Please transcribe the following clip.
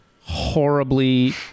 horribly